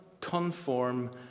conform